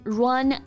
run